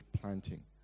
planting